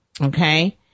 okay